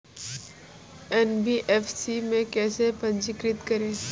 NBFC में कैसे पंजीकृत करें?